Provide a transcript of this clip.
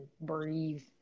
breathe